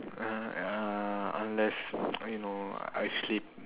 ah ah unless you know I sleep